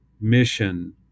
mission